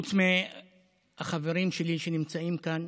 חוץ מהחברים שלי שנמצאים כאן,